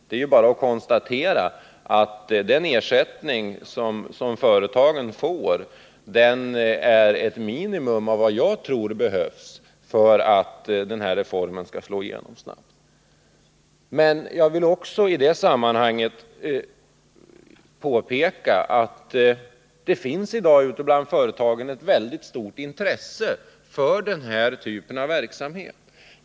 Det är bara att konstatera att den ersättning som företagen får utgör ett minimum av vad som behövs för att reformen skall slå igenom. Jag vill också i sammanhanget påpeka att det ute bland företagen finns ett väldigt stort intresse för den här typen av verksamhet.